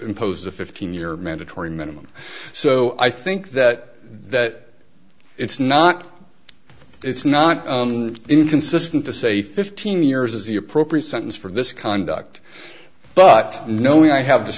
impose a fifteen year mandatory minimum so i think that it's not it's not inconsistent to say fifteen years is the appropriate sentence for this conduct but knowing i have